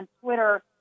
Twitter